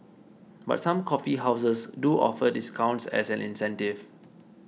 but some coffee houses do offer discounts as an incentive